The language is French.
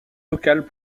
locales